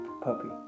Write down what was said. puppy